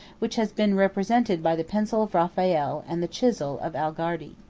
which has been represented by the pencil of raphael, and the chisel of algardi.